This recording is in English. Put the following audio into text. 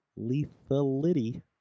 lethality